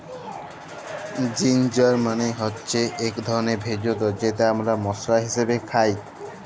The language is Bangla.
জিনজার মালে হচ্যে ইক ধরলের ভেষজ যেট আমরা মশলা হিসাবে খাই